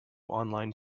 online